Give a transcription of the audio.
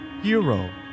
hero